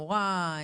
מורה,